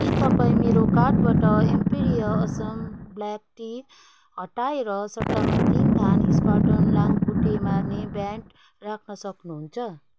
के तपाईँ मेरो कार्टबाट एम्पेरिया आसम ब्ल्याक टी हटाएर सट्टामा तिन थान स्पार्टन लामखुट्टे मार्ने ब्याट राख्न सक्नुहुन्छ